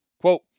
Quote